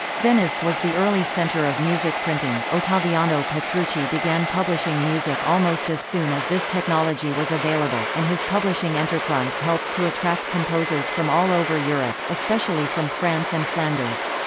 venice was the early center of music printing ottaviano petrucci began publishing music almost as soon as this technology was available, and his publishing enterprise helped to attract composers from all over europe, especially from france and flanders.